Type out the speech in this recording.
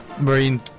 marine